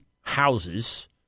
houses